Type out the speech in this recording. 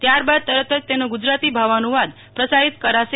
ત્યારબાદ તરત જ તેનો ગજરાતી ભાવાનુવાદ પ્રસારિત કરાશે